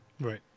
Right